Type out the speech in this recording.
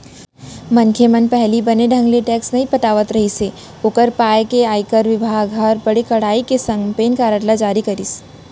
मनखे मन पहिली बने ढंग ले टेक्स नइ पटात रिहिस हे ओकर पाय के आयकर बिभाग हर बड़ कड़ाई के संग पेन कारड ल जारी करिस